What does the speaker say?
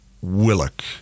Willock